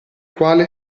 quale